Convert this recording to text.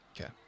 Okay